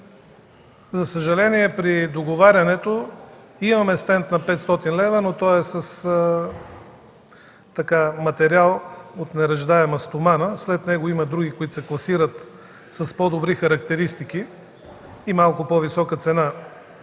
За съжаление, при договарянето имаме стент на 500 лв., но той е с материал от неръждаема стомана. След него има други, които се пласират с по-добри характеристики и малко по-висока цена.